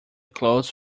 clothes